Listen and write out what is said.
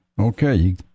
Okay